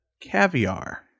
caviar